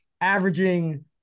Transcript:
averaging